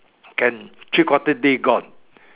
can three quarter day gone